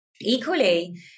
equally